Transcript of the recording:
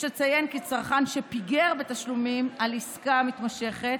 יש לציין כי צרכן שפיגר בתשלומים על עסקה מתמשכת